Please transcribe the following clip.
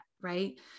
right